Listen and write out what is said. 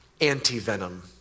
anti-venom